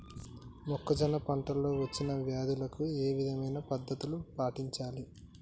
మొక్కజొన్న పంట లో వచ్చిన వ్యాధులకి ఏ విధమైన పద్ధతులు పాటించాలి?